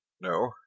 No